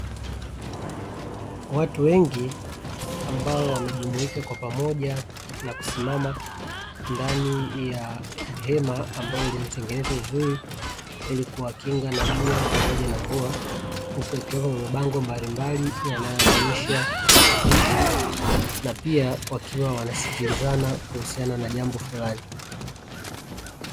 Watu wengi ambao wamejumuika kwa pamoja na kusimama ndani ya hema ambalo limetengenezwa vizuri, ili kuwakinga na jua pamoja na mvua, huku ikiwekwa mabango mbalimbali yanayoonyesha maandishi na pia wakiwa wanasikilizana kuhusiana na jambo fulani.